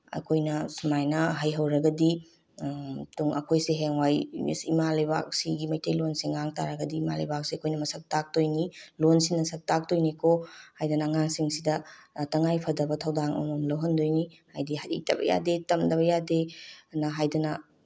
ꯑꯩꯈꯣꯏꯅ ꯁꯨꯃꯥꯏꯅ ꯍꯩꯍꯧꯔꯒꯗꯤ ꯑꯩꯈꯣꯏꯁꯦ ꯍꯌꯦꯡꯋꯥꯏ ꯏꯃꯥ ꯂꯩꯕꯥꯛꯁꯤꯒꯤ ꯃꯩꯇꯩꯂꯣꯟꯁꯦ ꯉꯥꯡ ꯇꯥꯔꯒꯗꯤ ꯏꯃꯥ ꯂꯩꯕꯥꯛꯁꯦ ꯑꯩꯈꯣꯏꯅ ꯃꯁꯛ ꯇꯥꯛꯇꯣꯏꯅꯤ ꯂꯣꯟꯁꯤꯅ ꯁꯛ ꯇꯥꯛꯇꯣꯏꯅꯤꯀꯣ ꯍꯥꯏꯗꯅ ꯑꯉꯥꯡꯁꯤꯡꯁꯤꯗ ꯇꯉꯥꯏꯐꯗꯕ ꯊꯧꯗꯥꯡ ꯑꯃꯃꯝ ꯂꯧꯍꯟꯗꯣꯏꯅꯤ ꯍꯥꯏꯗꯤ ꯍꯩꯇꯕ ꯌꯥꯗꯦ ꯇꯝꯗꯕ ꯌꯥꯗꯦꯅ ꯍꯥꯏꯗꯅ